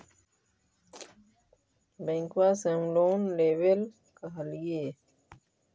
बैंकवा से हम लोन लेवेल कहलिऐ?